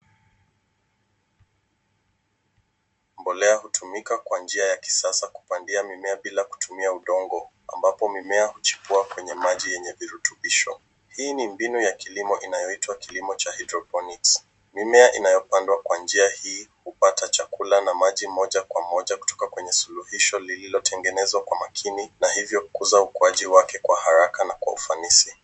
Mbolea hutumika kwa njia ya kisasa kupandia mimea bila kutumia udongo ambapo mimea hujipuka kwenye maji yenye virutubisho. Hii ni mbinu ya kilimo inayoitwa kilimo cha hydroponics . Mimea inayopandwa kwa njia hii hupata chakula na majiji moja kwa moja kutoka kwenye suluhisho lililotengezwa kwa makini hivyo kukuza ukuaji wake kwa haraka na kwa ufanisi